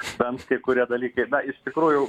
bent kai kurie dalykai na iš tikrųjų